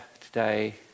today